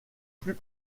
plus